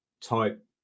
type